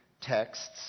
texts